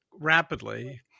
rapidly